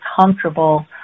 comfortable